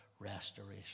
Restoration